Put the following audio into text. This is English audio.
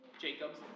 Jacob's